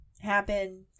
happen